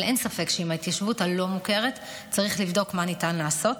אבל אין ספק שעם ההתיישבות הלא-מוכרת צריך לבדוק מה ניתן לעשות.